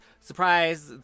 Surprise